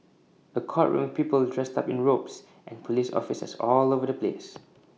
A courtroom people dressed up in robes and Police officers all over the place